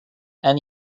and